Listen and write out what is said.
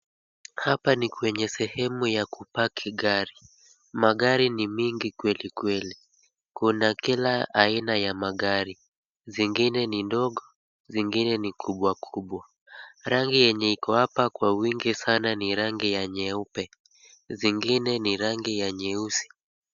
Hapa ni kwenye sehemu ya kupaki gari, magari ni mingi kweli kweli, kuna kila aina ya magari, zingine ni ndogo, zingine ni kubwa kubwa. Rangi yenye iko hapa kwa wingi sana ni rangi ya nyeupe, zingine ni rangi ya nyeusi.